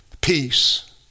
peace